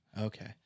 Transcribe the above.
Okay